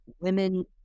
women